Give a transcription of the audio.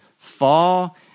fall